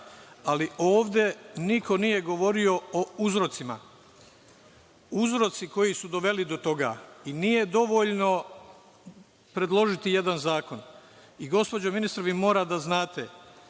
ali ovde niko nije govorio o uzrocima koji su doveli do toga. Nije dovoljno predložiti jedan zakon. Gospođo ministar, vi mora da znate